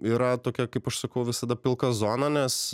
yra tokia kaip aš sakau visada pilka zona nes